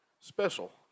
special